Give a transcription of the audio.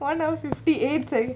why not fifty eight only